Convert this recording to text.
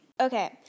Okay